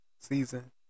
season